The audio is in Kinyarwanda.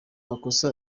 makosa